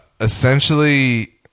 Essentially